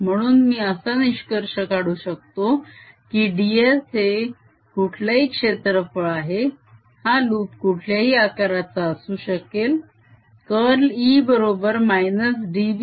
म्हणून मी असा निष्कर्ष काढू शकतो की ds हे कुठलाही क्षेत्रफळ आहे हा लूप कुठल्याही आकाराचा असू शकेल कर्ल E बरोबर -dBdt